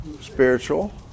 spiritual